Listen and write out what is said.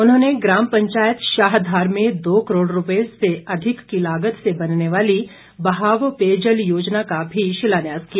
उन्होंने ग्राम पंचायत शाहधार में दो करोड़ रुपए से अधिक की लागत से बनने वाली बहाव पेयजल योजना का भी शिलान्यास किया